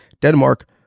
Denmark